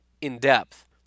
in-depth